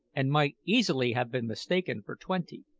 and might easily have been mistaken for twenty.